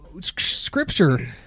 Scripture